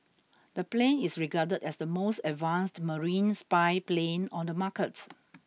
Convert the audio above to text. the plane is regarded as the most advanced marine spy plane on the market